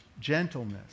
gentleness